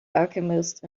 alchemist